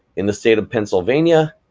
in the state of pennsylvania,